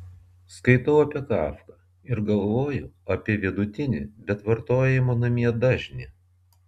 skaitau apie kafką ir galvoju apie vidutinį bet vartojimo namie dažnį